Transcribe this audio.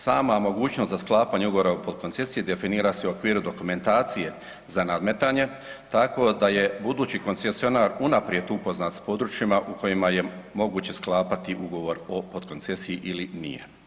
Sama mogućnost za sklapanje ugovora o potkoncesiji definira se u okviru dokumentacije za nadmetanje tako da je budući koncesionar unaprijed upoznat s područjima u kojima je moguće sklapati ugovor o potkoncesiji ili nije.